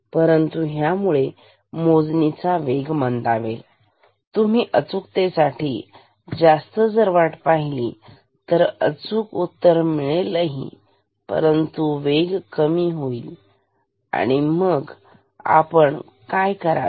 परंतु ह्यामुळे मोजणीचा वेग मंदावेल तुम्ही अचूकते साठी जास्त जर वाट पाहिली तर अचूक उत्तर मिळेल परंतु वेग कमी झालेला असेल मग आपण काय करावे